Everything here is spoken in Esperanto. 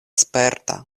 sperta